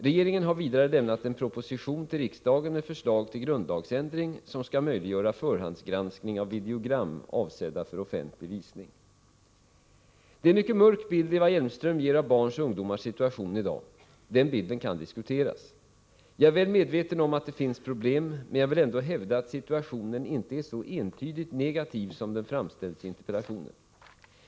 Regeringen har vidare lämnat en proposition till riksdagen med förslag till grundlagsändring som skall möjliggöra förhandsgranskning av videogram avsedda för offentlig visning. Det är en mycket mörk bild Eva Hjelmström ger av barns och ungdomars situation i dag. Den bilden kan diskuteras. Jag är väl medveten om att det finns problem, men jag vill ändå hävda att situationen inte är så entydigt negativ som den framställs i interpellationen.